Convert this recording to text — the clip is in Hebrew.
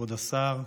כבוד השר,